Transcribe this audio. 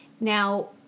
Now